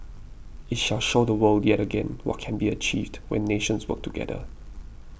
it shall show the world yet again what can be achieved when nations work together